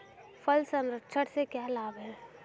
फल संरक्षण से क्या लाभ है?